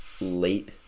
late